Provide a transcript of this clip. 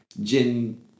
Jin